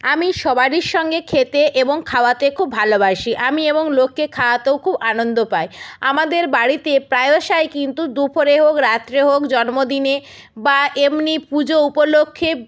আমি সবারির সঙ্গে খেতে এবং খাওয়াতে খুব ভালোবাসি আমি এবং লোককে খাওয়াতেও খুব আনন্দ পাই আমাদের বাড়িতে প্রায়শই কিন্তু দুপুরে হোক রাত্রে হোক জন্মদিনে বা এমনি পুজো উপলক্ষে